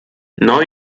neu